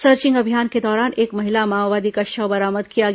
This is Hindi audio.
सर्चिंग अभियान के दौरान एक महिला माओवादी का शव बरामद किया गया